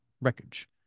Wreckage